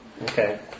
Okay